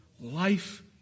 life